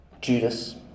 Judas